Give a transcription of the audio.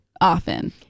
often